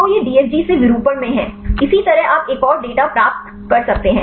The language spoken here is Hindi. तो यह DFG से विरूपण में है इसी तरह आप एक और डेटा प्राप्त कर सकते हैं